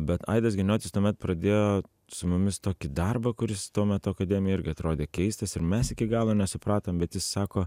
bet aidas giniotis tuomet pradėjo su mumis tokį darbą kuris tuo metu akademijoj irgi atrodė keistas ir mes iki galo nesupratom bet jis sako